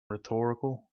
rhetorical